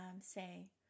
say